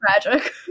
tragic